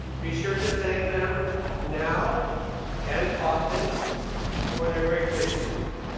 be sure to thank them now and often for their great gifts to you.